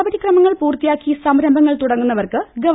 നടപടിക്രമങ്ങൾ പൂർത്തിയാക്കി സംരംഭങ്ങൾ തുടങ്ങുന്നവർക്ക് ഗവ